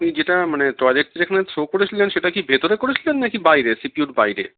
আপনি যেটা মানে টইলেট যেখানে থ্রো করেছিলেন সেটা কি ভেতরে করেছিলেন নাকি বাইরে সিপিউর বাইরে